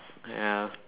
ya